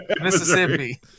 Mississippi